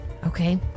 Okay